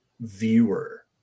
viewer